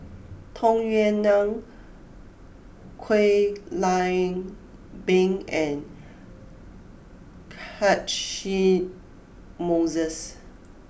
Tung Yue Nang Kwek Leng Beng and Catchick Moses